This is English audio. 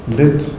let